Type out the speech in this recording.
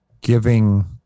giving